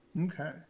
Okay